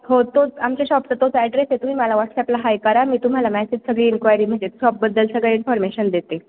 हो तोच आमच्या शॉपचा तोच ॲड्रेस आहे तुम्ही मला वॉट्सपला हाय करा मी तुम्हाला मेसेज सगळी इनक्वायरी म्हणजे शॉपबद्दल सगळं इन्फॉर्मेशन देते